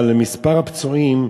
אבל מספר הפצועים,